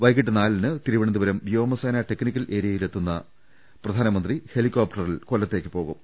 വൈകീട്ട് നാലിന് തിരുവനന്ത പുരം വ്യോമസേനാ ടെക്നിക്കൽ എരിയയിൽ വിമാനം ഇറങ്ങുന്ന പ്രധാനമന്ത്രി ഹെലിക്കോപ്റ്ററിൽ കൊല്ലത്തേക്ക് പോകും